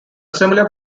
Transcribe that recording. similar